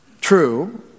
True